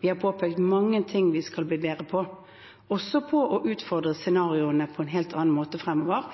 Vi har påpekt mange ting vi skal bli bedre på – også å utfordre scenarioene på en helt annen måte fremover,